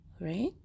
right